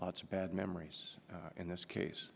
lots of bad memories in this case